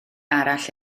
arall